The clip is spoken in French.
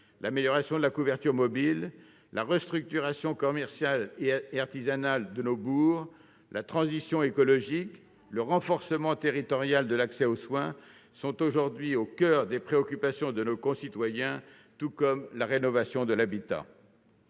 l'amélioration de la couverture mobile, la restructuration commerciale et artisanale de nos bourgs, la transition écologique, le renforcement territorial de l'accès aux soins sont aujourd'hui au coeur des préoccupations de nos concitoyens, tout comme la rénovation de l'habitat.